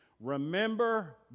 Remember